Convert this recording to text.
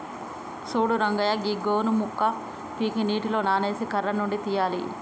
సూడు రంగయ్య గీ గోను మొక్క పీకి నీటిలో నానేసి కర్ర నుండి తీయాలి